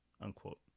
unquote